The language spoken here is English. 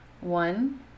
one